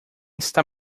está